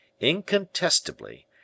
incontestably